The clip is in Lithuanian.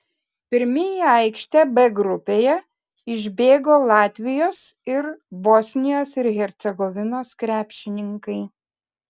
pirmi į aikštę b grupėje išbėgo latvijos ir bosnijos ir hercegovinos krepšininkai